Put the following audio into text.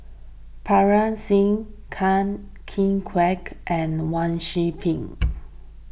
Parga Singh Ken Kueh Kwek and Wang Sui Pick